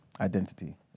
identity